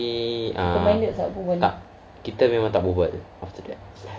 tapi ah tak kita memang tak berbual after that